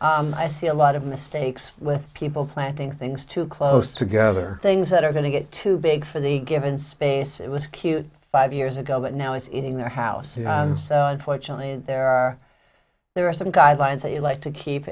fail i see a lot of mistakes with people planting things too close together things that are going to get too big for the given space it was cute five years ago but now it's in their house and unfortunately there are there are some guidelines that you like to keep